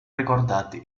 ricordati